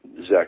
Zach